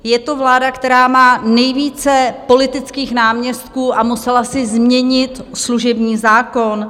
Je to vláda, která má nejvíce politických náměstků a musela si změnit služební zákon.